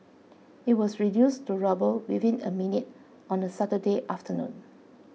it was reduced to rubble within a minute on a Saturday afternoon